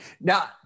now